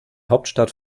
hauptstadt